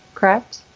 Correct